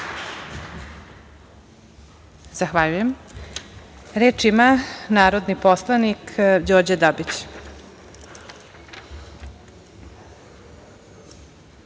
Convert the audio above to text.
Zahvaljujem. Reč ima narodni poslanik Đorđe Dabić.